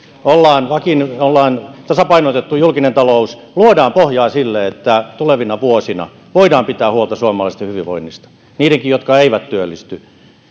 ollaan tasapainotettu julkinen talous luodaan pohjaa sille että tulevina vuosina voidaan pitää huolta suomalaisten hyvinvoinnista niidenkin jotka eivät työllisty